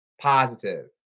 positive